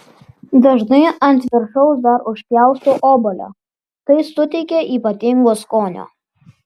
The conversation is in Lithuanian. dažnai ant viršaus dar užpjaustau obuolio tai suteikia ypatingo skonio